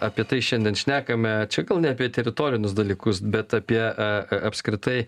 apie tai šiandien šnekame čia gal ne apie teritorinius dalykus bet apie apskritai